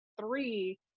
three